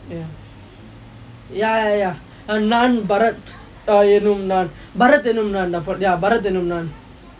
ya ya ya நான் பாரத் என்னும் நான் பாரத் என்னும் நான்:naan barath ennum naan barath ennum naan ya Bharat என்னும் நான்:barath ennum naan